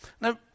Now